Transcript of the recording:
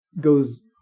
goes